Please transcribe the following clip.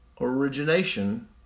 origination